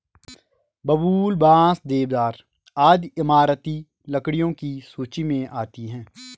बबूल, बांस, देवदार आदि इमारती लकड़ियों की सूची मे आती है